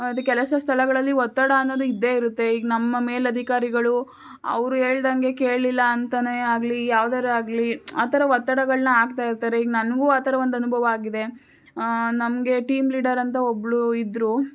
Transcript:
ಅದು ಕೆಲಸದ ಸ್ಥಳಗಳಲ್ಲಿ ಒತ್ತಡ ಅನ್ನೋದು ಇದ್ದೇ ಇರುತ್ತೆ ಈಗ ನಮ್ಮ ಮೇಲಧಿಕಾರಿಗಳು ಅವರು ಹೇಳ್ದಂಗೆ ಕೇಳಲಿಲ್ಲ ಅಂತನೇ ಆಗಲಿ ಯಾವ್ದಾದ್ರು ಆಗಲಿ ಆ ಥರ ಒತ್ತಡಗಳನ್ನ ಹಾಕ್ತಾ ಇರ್ತಾರೆ ಈಗ ನನಗೂ ಆ ಥರ ಒಂದು ಅನುಭವ ಆಗಿದೆ ನಮಗೆ ಟೀಮ್ ಲೀಡರ್ ಅಂತ ಒಬ್ಬಳು ಇದ್ದರು